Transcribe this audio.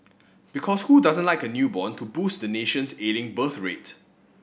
because who doesn't like a newborn to boost the nation's ailing birth rate